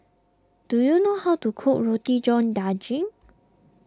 do you know how to cook Roti John Daging